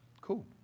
Cool